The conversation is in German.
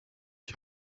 ich